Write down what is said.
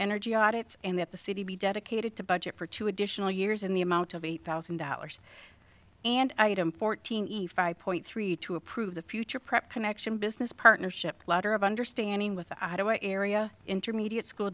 energy audits and that the city be dedicated to budget for two additional years in the amount of eight thousand dollars and item fourteen point three to approve the future prep connection business partnership ladder of understanding with area intermediate school